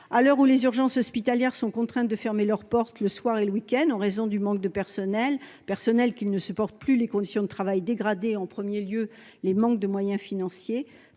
À l'heure où les urgences hospitalières sont contraintes de fermer leurs portes le soir et le week-end en raison du manque de personnel, car celui-ci ne supporte plus les conditions de travail dégradées dues en premier lieu au manque de moyens financiers,